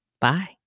Bye